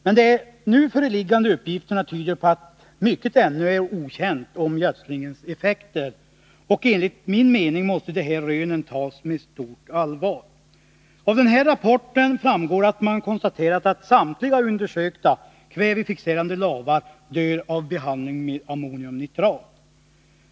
Men de nu föreliggande uppgifterna tyder på att mycket ännu är okänt om gödslingens effekter. Enligt min mening måste dessa rön tas med stort allvar. I denna rapport konstateras att samtliga undersökta kvävefixerande lavar dör av behandling med ammoniumnitrat.